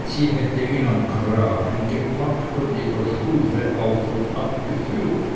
sie hätte ihn am kragen gepackt gehalten und in der stube auf und abgeführt